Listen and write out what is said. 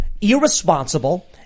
Irresponsible